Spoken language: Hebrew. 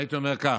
הייתי אומר כך: